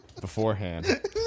Beforehand